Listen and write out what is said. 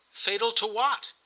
fatal to what?